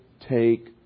take